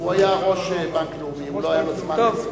הוא היה ראש בנק לאומי, לא היה לו זמן לזה.